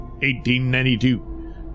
1892